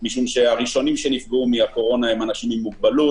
משום שהראשונים שנפגעו מהקורונה הם אנשים עם מוגבלות,